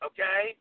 Okay